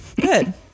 Good